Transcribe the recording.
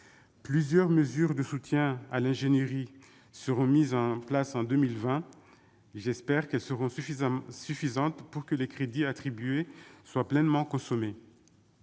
Plusieurs mesures de soutien à l'ingénierie seront mises en place en 2020. J'espère qu'elles seront suffisantes pour que les crédits attribués soient pleinement consommés.